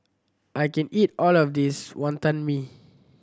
I can eat all of this Wonton Mee